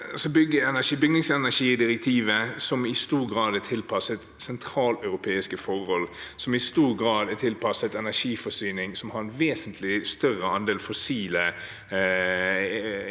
Bygningsenergidirektivet er i stor grad tilpasset sentraleuropeiske forhold. Det er i stor grad tilpasset energiforsyning som har en vesentlig større andel fossile